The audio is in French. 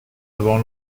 avant